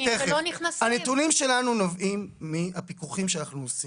הנתונים שלנו נובעים מהפיקוח שאנחנו עושים.